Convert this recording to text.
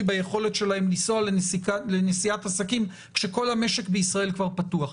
ביכולת שלהם לנסוע לנסיעת עסקים כשכל המשק בישראל כבר פתוח.